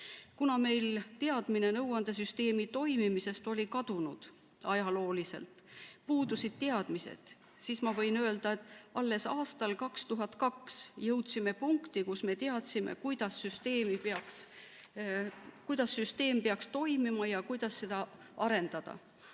Kuna meil teadmised nõuandesüsteemi toimimisest olid kadunud, ajalooliselt, puudusid teadmised, siis ma võin öelda, et alles aastal 2002 jõudsime punkti, kus me teadsime, kuidas süsteem peaks toimima ja kuidas seda arendada.